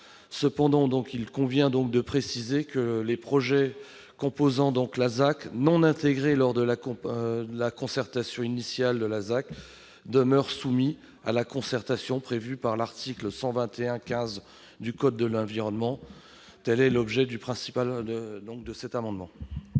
Cependant, il convient de préciser que les projets composant la ZAC, non intégrés lors de la concertation de la ZAC, demeurent soumis à la concertation prévue à l'article L. 121-15-1 du code de l'environnement. Quel est l'avis de la commission